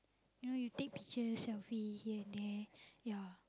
you know take picture selfie here and there ya